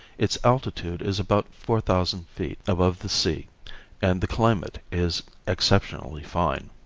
its altitude is about four thousand feet above the sea and the climate is exceptionally fine.